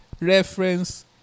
reference